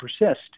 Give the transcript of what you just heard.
persist